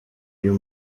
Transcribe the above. uyu